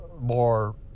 more